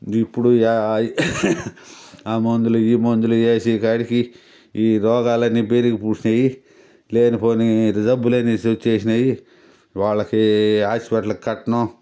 ఇప్పుడు యా ఆ మొందులు ఈ మందులు ఏసే కాడికి ఈ రోగాలన్నీ పెరిగి పూడ్చినాయి లేని పోనీ జబ్బులనేసి వచ్చేసినాయి వాళ్లకి హాస్పిటల్కి కట్టను